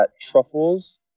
truffles